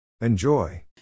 enjoy